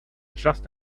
just